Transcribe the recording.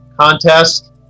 contest